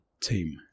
team